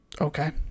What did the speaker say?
Okay